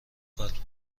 کارت